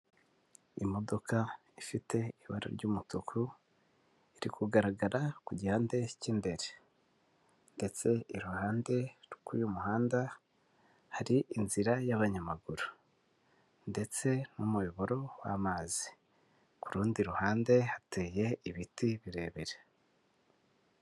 Imodoka ifite ibara ry'umutuku iri kugaragara ku gihande cy'imbere, ndetse iruhande rw'uyu muhanda hari inzira y'abanyamaguru ndetse n'umuyoboro w'amazi, ku rundi ruhande hateye ibiti birebire.